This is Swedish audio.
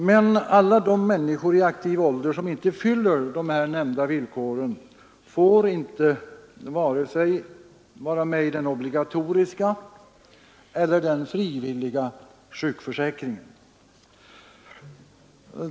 Men alla de människor i aktiv ålder som inte fyller de här nämnda villkoren får inte vara med i vare sig den obligatoriska eller den frivilliga sjukförsäkringen.